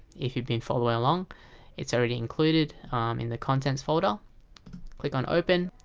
if you've been following along it's already included in the contents folder click on open